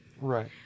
Right